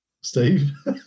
steve